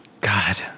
God